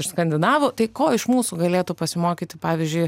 iš skandinavų tai ko iš mūsų galėtų pasimokyti pavyzdžiui